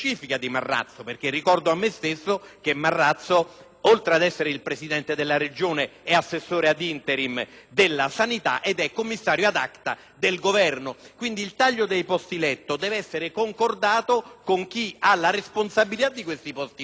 oltre ad essere presidente della Regione è assessore *ad interim* della sanità e commissario *ad acta* del Governo, quindi il taglio dei posti letto deve essere concordato con chi ne ha la responsabilità. Siamo preoccupati non tanto per i posti letto,